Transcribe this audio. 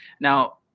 now